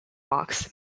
walks